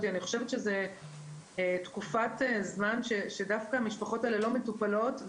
אני חושבת שזו תקופת זמן שדווקא המשפחות האלה לא מטופלות,